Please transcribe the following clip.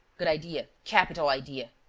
good idea, capital idea!